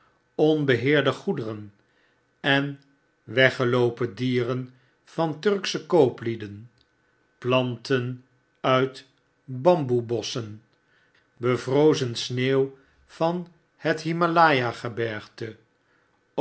onbeheerde goederen en weggeloopen dieren van turksche kooplieden planten uit bamboesbosschen bevrozen sneeuw van het